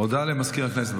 הודעה למזכיר הכנסת.